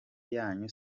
yanyu